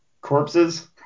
corpses